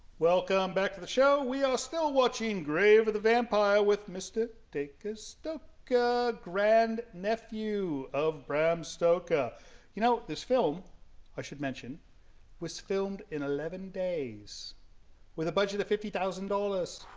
welcome um back to the show we are watching grave of the vampire with mr. dacre stoker grand nephew of bram stoker you know this film i should mention was filmed in eleven days with a budget of fifty thousand dollars